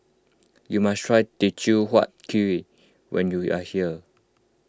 you must try Teochew Huat Kuih when you are here